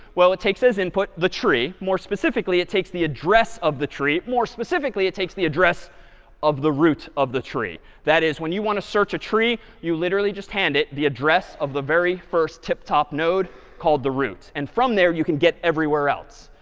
well, it takes as input the tree. more specifically, it takes the address of the tree. more specifically, it takes the address of the root of the tree. that is when you want to search a tree, you literally just hand it the address of the very first tip top node called the root. and from there, you can get everywhere else.